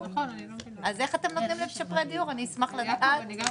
אני אשמח לדעת.